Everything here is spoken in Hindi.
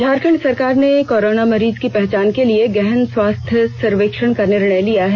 झारखंड सरकार ने कोरोना मरीजों की पहचान के लिए गहन स्वास्थ्य सर्वेक्षण का निर्णय लिया है